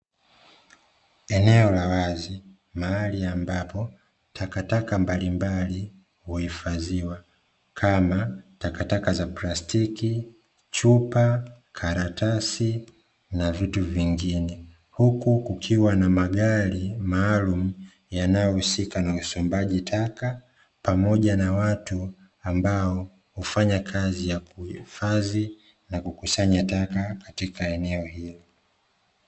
Eneo la wazi, mahali ambapo takataka mbalimbali huhifadhiwa, kama, takataka za plastiki, chupa, karatasi na vitu vingine, huku kukiwa na magari maalumu yanayohusika na usombaji taka pamoja na watu ambao hufanya kazi ya kuhifadhi na kukusanya taka katika eneo hilo.